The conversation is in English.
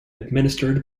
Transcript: administered